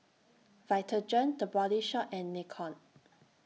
Vitagen The Body Shop and Nikon